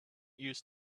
used